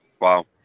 wow